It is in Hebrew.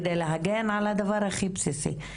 כדי להגן על הדבר הכי בסיסי.